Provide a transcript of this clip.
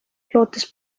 lootes